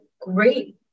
great